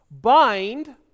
Bind